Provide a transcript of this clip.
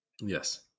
yes